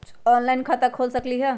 Online खाता खोल सकलीह?